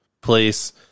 place